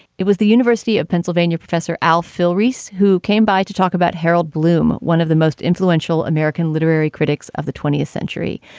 it was the university of pennsylvania, professor al filreis, who came by to talk about harold bloom, one of the most influential american literary critics of the twentieth century.